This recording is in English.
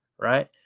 Right